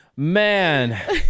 Man